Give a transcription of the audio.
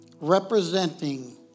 Representing